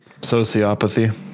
Sociopathy